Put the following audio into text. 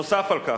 נוסף על כך,